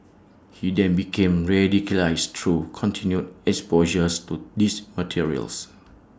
he then became radicalised through continued exposures to these materials